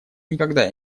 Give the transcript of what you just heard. никогда